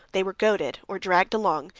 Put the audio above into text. they were goaded, or dragged along,